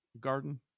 garden